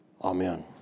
Amen